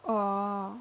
orh